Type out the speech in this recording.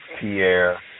Pierre